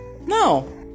no